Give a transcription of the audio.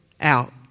out